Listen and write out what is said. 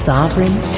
Sovereign